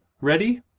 Ready